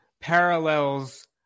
parallels